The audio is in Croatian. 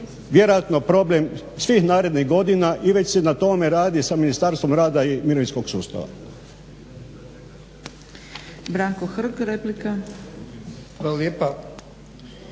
vjerojatno problem svih narednih godina i već se na tome rada s Ministarstvom rada i mirovinskog sustava.